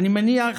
אני מניח